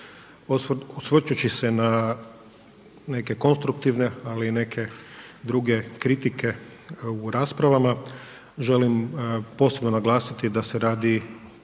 osvrćući se na neke konstruktivne ali i neke druge kritike u raspravama, želim posebno naglasiti da se radi